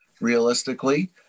realistically